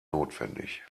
notwendig